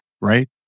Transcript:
right